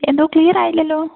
എന്തോ ക്ലിയർ ആയില്ലല്ലോ